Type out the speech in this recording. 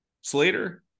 Slater